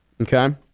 okay